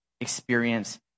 experience